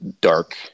dark